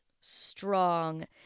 strong